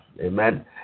Amen